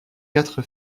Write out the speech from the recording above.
quatre